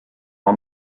oma